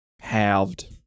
Halved